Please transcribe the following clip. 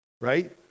right